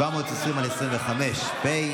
פ/720/25.